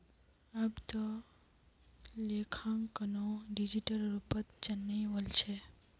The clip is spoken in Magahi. अब त लेखांकनो डिजिटल रूपत चनइ वल छ